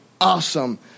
awesome